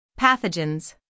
Pathogens